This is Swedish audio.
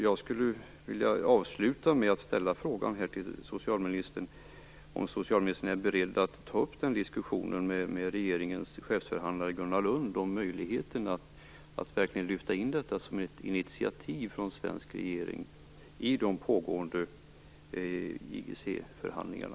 Jag skulle vilja avsluta med att fråga om socialministern är beredd att med regeringens chefsförhandlare Gunnar Lund ta upp en diskussion om möjligheten att i de pågående IGC-förhandlingarna lyfta in detta som ett initiativ från den svenska regeringen.